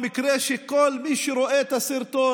זה מקרה שכל מי שרואה את הסרטון,